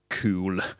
cool